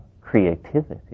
creativity